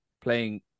playing